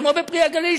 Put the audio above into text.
כמו ב"פרי הגליל",